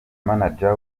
manager